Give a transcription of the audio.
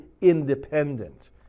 independent